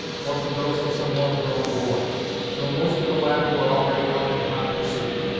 or from those of some well grown boy though most of the latter were already out in hot pursuit.